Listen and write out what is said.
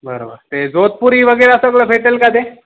बरं बर ते जोधपुरी वगैरे सगळं भेटेल का ते